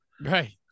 Right